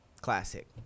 Classic